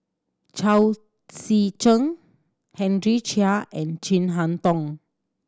Chao Tzee Cheng Henry Chia and Chin Harn Tong